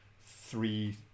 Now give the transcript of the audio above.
three